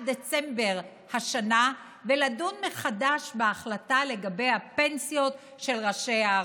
דצמבר השנה ולדון מחדש בהחלטה לגבי הפנסיות של ראשי הערים.